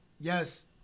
yes